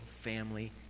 family